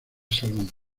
salón